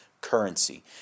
currency